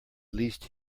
least